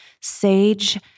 Sage